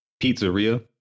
Pizzeria